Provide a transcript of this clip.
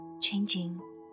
changing